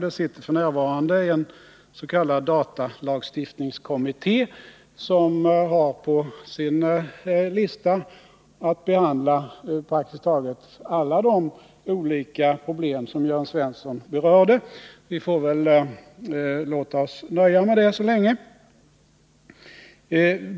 Vi har f. n. ens.k. datalagstiftningskommitté som på sin lista har att behandla praktiskt taget alla de olika problem som Jörn Svensson berörde. Vi får väl låta oss nöja med det så länge.